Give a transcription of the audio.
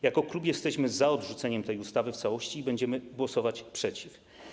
Jako klub jesteśmy za odrzuceniem tej ustawy w całości i będziemy głosować przeciw.